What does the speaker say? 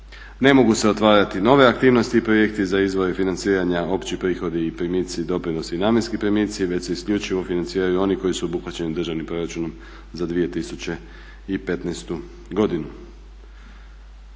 Ne mogu se otvarati nove aktivnosti i projekti za izvore financiranja, opći prihodi i primici, doprinosi i namjenski primici već se isključivo financiraju oni koji su obuhvaćeni Državnim proračunom za 2015. godinu.